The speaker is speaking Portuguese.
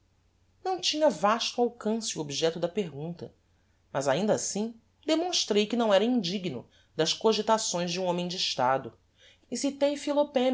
não tinha vasto alcance o objecto da pergunta mas ainda assim demonstrei que não era indigno das cogitações de um homem de estado e citei